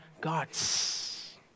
gods